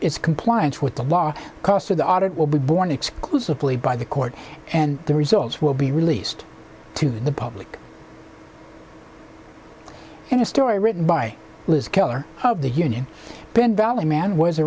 is compliance with the law cost of the audit will be borne exclusively by the court and the results will be released to the public and a story written by liz keller of the union ben valley man was